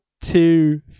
two